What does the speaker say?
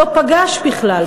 הוא לא פגש בכלל.